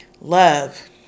love